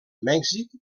mèxic